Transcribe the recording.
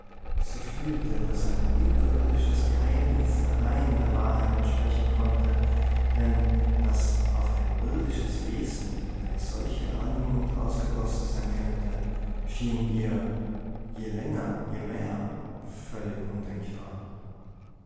sie fühlte daß ein überirdisches geheimnis allein der wahrheit entsprechen konnte denn daß auf ein irdisches wesen eine solche anmut ausgegossen sein könnte schien ihr je länger je mehr völlig undenkbar